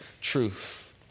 truth